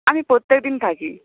আমি প্রত্যেক দিন থাকি